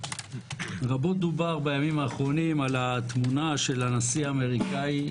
רבות דובר בימים האחרונים על התמונה של הנשיא האמריקאי